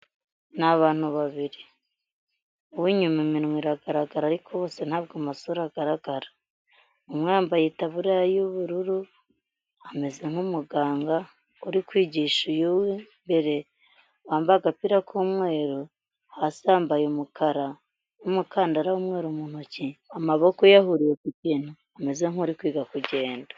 N'abantu babiri, uwinyuma iminwa iragaragara ariko bose ntabwo amasura agaragara. Umwe yambaye itaburiya y'ubururu ameze nk'umuganga uri kwigisha uyu w'imbere wambaye agapira k'umweru, hasi yambaye umukara n'umukandara w'umweru mu ntoki amaboko yahuriye ku kintu, ameze nk'uri kwiga kugenda.